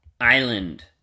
Island